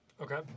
okay